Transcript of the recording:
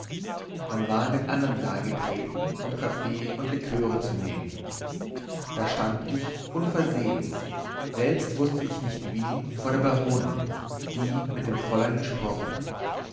man war in den andern saal getreten um kaffee und liköre zu nehmen da stand ich unversehens selbst wußte ich nicht wie vor der baronin die mit dem fräulein gesprochen